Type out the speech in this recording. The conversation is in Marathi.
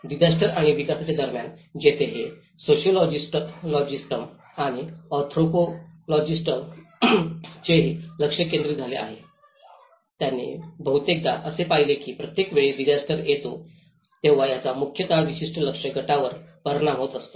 डिसास्टर आणि विकासाच्या दरम्यान जिथे हे सोसिओलॉजिस्टस आणि अँथ्रोपोलॉजिस्टसचेही लक्ष केंद्रित झाले आहे त्यांनी बहुतेकदा असे पाहिले की प्रत्येक वेळी डिसास्टर येते तेव्हा याचा मुख्यतः विशिष्ट लक्ष्य गटावर परिणाम होत असतो